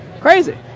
Crazy